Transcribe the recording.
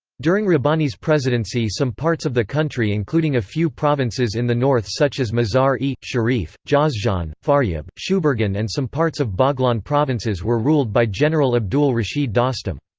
during rabbani's presidency some parts of the country including a few provinces in the north such as mazar e sharif, jawzjan, faryab, shuburghan and some parts of baghlan provinces were ruled by general abdul rashid dostom.